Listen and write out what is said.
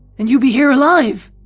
and you be here alive?